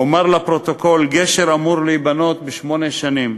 אומר לפרוטוקול: גשר אמור להיבנות בשמונה שנים,